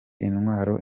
intwaro